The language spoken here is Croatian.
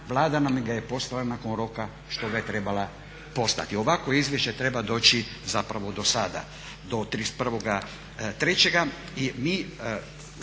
Vlada nam ga je poslala nakon roka što ga je trebala poslati. Ovakvo izvješće treba doći zapravo do sada, do 31.03.